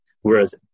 Whereas